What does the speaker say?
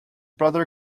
brother